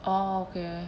oh okay